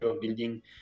building